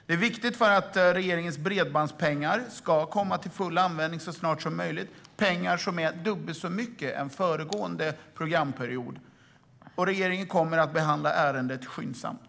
Detta är viktigt för att regeringens bredbandspengar ska komma till full användning så snart som möjligt - det handlar om dubbelt så mycket pengar som under föregående programperiod. Regeringen kommer att behandla ärendet skyndsamt.